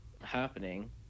happening